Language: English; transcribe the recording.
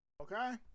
Okay